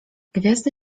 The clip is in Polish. gwiazdy